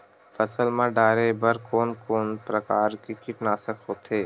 फसल मा डारेबर कोन कौन प्रकार के कीटनाशक होथे?